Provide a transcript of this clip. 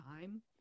time